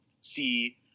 see